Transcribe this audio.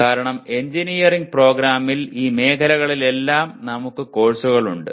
കാരണം എഞ്ചിനീയറിംഗ് പ്രോഗ്രാമിൽ ഈ മേഖലകളിലെല്ലാം നമുക്ക് കോഴ്സുകൾ ഉണ്ട്